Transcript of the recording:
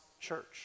Church